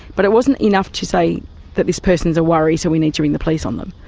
but it wasn't enough to say that this person is a worry so we need to ring the police on them.